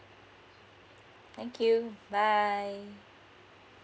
thank you bye